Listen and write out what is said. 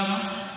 למה?